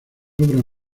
obras